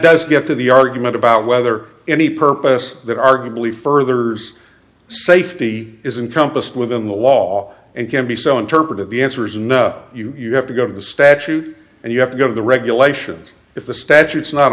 does get to the argument about whether any purpose that arguably furthers safety is in compass within the law and can be so interpreted the answer is no you have to go to the statute and you have to go to the regulations if the statutes not